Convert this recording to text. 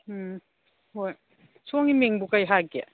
ꯎꯝ ꯍꯣꯏ ꯁꯣꯝꯒꯤ ꯃꯤꯡꯕꯨ ꯀꯔꯤ ꯍꯥꯏꯒꯦ